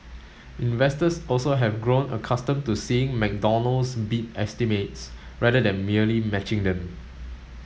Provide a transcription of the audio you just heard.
investors also have grown accustomed to seeing McDonald's beat estimates rather than merely matching them